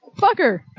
fucker